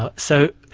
ah so,